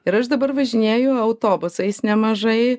ir aš dabar važinėju autobusais nemažai